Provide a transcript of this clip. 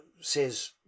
says